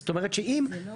זאת אומרת שזה לא